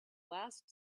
last